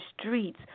streets